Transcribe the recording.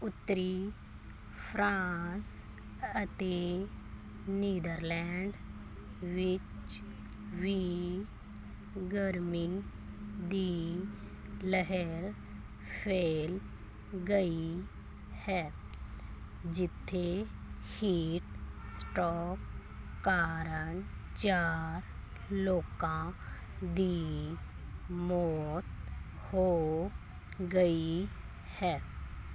ਉੱਤਰੀ ਫਰਾਂਸ ਅਤੇ ਨੀਦਰਲੈਂਡ ਵਿੱਚ ਵੀ ਗਰਮੀ ਦੀ ਲਹਿਰ ਫੈਲ ਗਈ ਹੈ ਜਿੱਥੇ ਹੀਟ ਸਟ੍ਰੋਕ ਕਾਰਨ ਚਾਰ ਲੋਕਾਂ ਦੀ ਮੌਤ ਹੋ ਗਈ ਹੈ